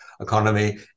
economy